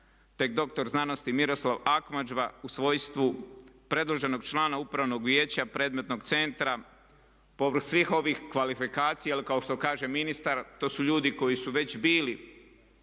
te dr.sc. Miroslav Akmadža u svojstvu predloženog člana upravnog vijeća predmetnog centra povrh svih ovih kvalifikacija jer kao što kaže ministar to su ljudi koji su već bili